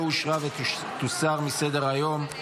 לא אושרה ותוסר מסדר-היום.